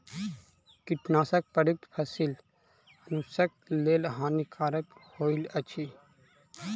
कीटनाशक प्रयुक्त फसील मनुषक लेल हानिकारक होइत अछि